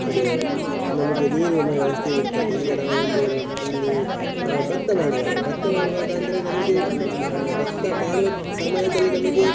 ಇದು ನಮಗೆ ನೀರಿನ ವ್ಯವಸ್ಥೆ ಇರ್ತದೆ ಈಗ ನಾವು ಒಂದು ಇಲ್ಲಿ ನಾವು ಭತ್ತ ಮಾಡುವಾಗ ಭತ್ತ ಮಾಡುವಾಗ ಅಂದರೆ ನಮಗೆ ಭತ್ತ ಮಾಡುವ ಸಮಯದಲ್ಲಿ ನಮಗೆ